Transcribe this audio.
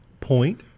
point